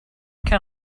can